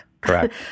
Correct